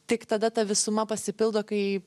tik tada ta visuma pasipildo kai